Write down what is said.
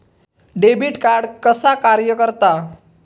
Debit card कसा कार्य करता?